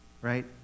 right